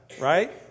right